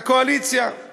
והקואליציה חתומה על זה.